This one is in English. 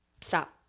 Stop